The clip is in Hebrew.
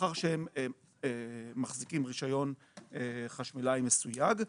מאחר והם מחזיקים רישיון חשמלאי מסויג,